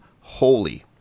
holy